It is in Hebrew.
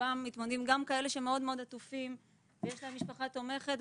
גם כאלה שמאוד מאוד עטופים ויש להם משפחה תומכת,